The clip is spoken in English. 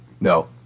No